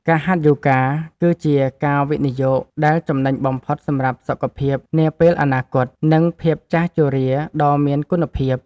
ការហាត់យូហ្គា គឺជាការវិនិយោគដែលចំណេញបំផុតសម្រាប់សុខភាពនាពេលអនាគត និងភាពចាស់ជរាដ៏មានគុណភាព។